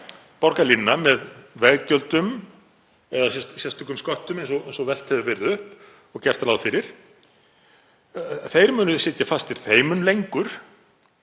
borgarlínuna með veggjöldum eða sérstökum sköttum, eins og velt hefur verið upp og gert er ráð fyrir, munu sitja fastir þeim mun lengur